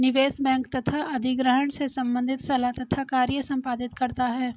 निवेश बैंक तथा अधिग्रहण से संबंधित सलाह तथा कार्य संपादित करता है